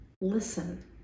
listen